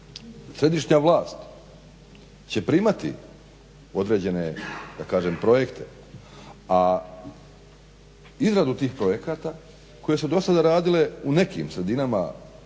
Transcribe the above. središnja vlast će primati određene da kažem projekte, a izradu tih projekata koje su dosada radile u nekim sredinama dobro